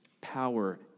power